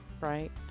right